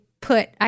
put